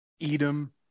Edom